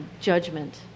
judgment